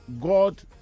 God